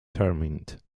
determined